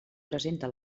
presenta